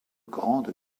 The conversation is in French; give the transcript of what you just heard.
grandes